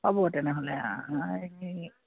পাব তেনেহ'লে এই